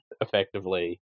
effectively